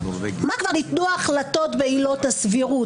כבר ניתנו החלטות בעילות הסבירות.